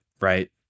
right